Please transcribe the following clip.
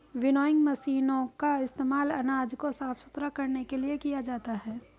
winnowing मशीनों का इस्तेमाल अनाज को साफ सुथरा करने के लिए किया जाता है